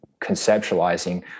conceptualizing